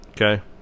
Okay